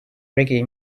reggae